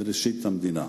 בימי ראשית המדינה.